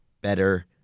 better